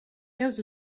peus